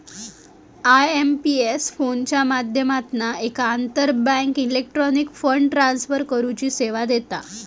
IMPS फोनच्या माध्यमातना एक आंतरबँक इलेक्ट्रॉनिक फंड ट्रांसफर करुची सेवा देता